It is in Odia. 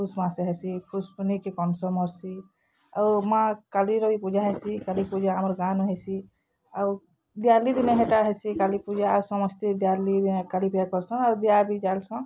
ଫୁଷ୍ମାସେ ହେସି ଫୁଷ୍ ପୁନିକେ କଂଶ ମର୍ସି ଆଉ ମା' କାଲିର ବି ପୂଜା ହେସି କାଲି ପୂଜା ଆମର ଗାଁନୁ ହେସି ଆଉ ଦିଆଲି ଦିନେ ହେଟା ହେସି କାଲି ପୂଜା ଆଉ ସମସ୍ତେ ଦିଆଲି ଦିନେ କାଲି ପୂଜା କର୍ସନ୍ ଆଉ ଦିଆ ବି ଜାଲ୍ସନ୍